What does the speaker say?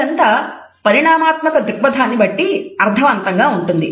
ఇదంతా పరిణామాత్మక దృక్పధాన్ని బట్టి అర్థవంతంగా ఉంటుంది